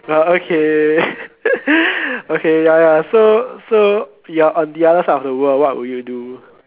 but okay okay ya ya so so you're on the other side of the world what will you do